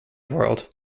world